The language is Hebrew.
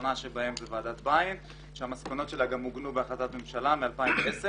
האחרונה שבהן היא ועדת ביין שהמסקנות שלה גם עוגנו בהחלטת ממשלה מ-2010.